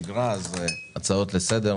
אבל כמובן אנחנו חוזרים לשגרה, אז הצעות לסדר.